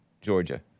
Georgia